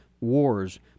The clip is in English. wars